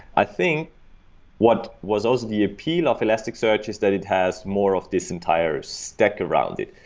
i think what was also the appeal of elasticsearch is that it has more of this entire stack around it,